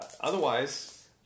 Otherwise